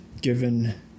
given